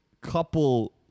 couple